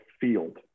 field